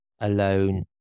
alone